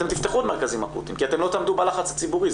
אתם תפתחו עוד מרכזים אקוטיים כי אתם לא תעמדו בלחץ הציבורי,